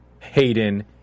Hayden